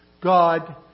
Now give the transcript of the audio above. God